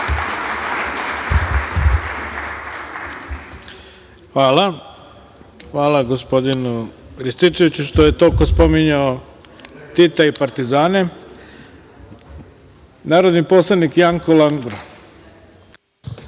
Dačić** Hvala gospodinu Rističeviću što je toliko spominjao Tita i partizane. Narodni poslanik Janko Langura ima